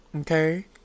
okay